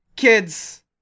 Kids